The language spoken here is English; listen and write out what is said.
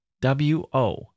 W-O